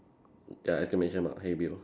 ya exclamation mark hey Bill